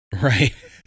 Right